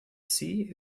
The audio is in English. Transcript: see